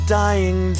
dying